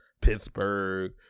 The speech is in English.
Pittsburgh